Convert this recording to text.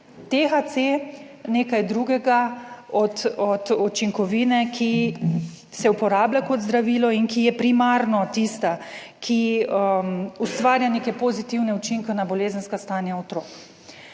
THC nekaj drugega od učinkovine, ki se uporablja kot zdravilo, in ki je primarno tista, ki ustvarja neke pozitivne učinke na bolezenska stanja otrok.